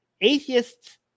Atheists